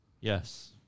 Yes